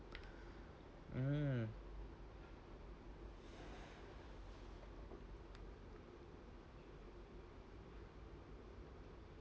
mmhmm